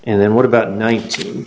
and then what about nineteen